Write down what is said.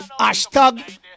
hashtag